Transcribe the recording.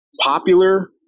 popular